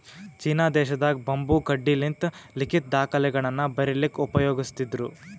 China ದೇಶದಾಗ್ bamboo ಕಡ್ಡಿಲಿಂತ್ ಲಿಖಿತ್ ದಾಖಲೆಗಳನ್ನ ಬರಿಲಿಕ್ಕ್ ಉಪಯೋಗಸ್ತಿದ್ರು